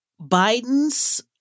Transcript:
Biden's